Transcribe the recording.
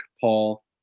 Paul